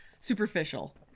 superficial